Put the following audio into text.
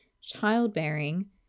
childbearing